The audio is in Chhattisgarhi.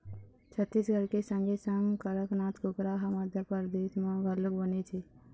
छत्तीसगढ़ के संगे संग कड़कनाथ कुकरा ह मध्यपरदेस म घलोक बनेच हे